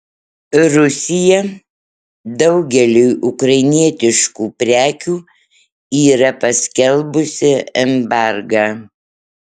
rusija daugeliui ukrainietiškų prekių yra paskelbusi embargą